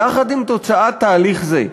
יחד עם תוצאת תהליך זה,